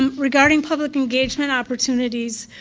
um regarding public engagement opportunities.